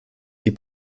die